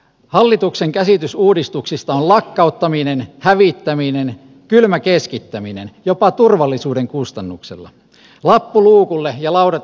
hallituksen käsitys uudistuksista on lakkauttaminen hävittäminen kylmä keskittäminen jopa turvallisuuden kustannuksella lappu luukulle ja laudat ikkunoihin